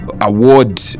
award